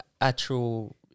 actual